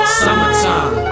summertime